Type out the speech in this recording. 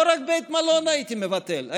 לא רק בית מלון הייתי מבטל,